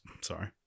sorry